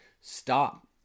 stop